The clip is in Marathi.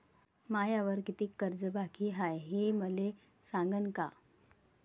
मायावर कितीक कर्ज बाकी हाय, हे मले सांगान का?